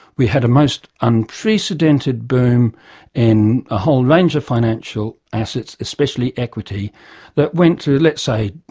we had a most unprecedented boom in a whole range of financial assets, especially equity that went to, let's say,